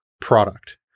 product